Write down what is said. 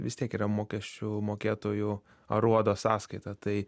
vis tiek yra mokesčių mokėtojų aruodo sąskaita tai